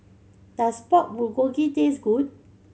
does Pork Bulgogi taste good